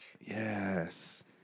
Yes